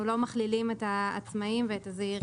אנו לא מכלילים את הזעירים והעצמאיים.